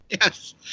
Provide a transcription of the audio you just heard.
Yes